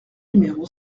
numéro